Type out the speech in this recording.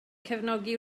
cefnogi